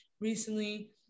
recently